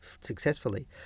successfully